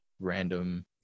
random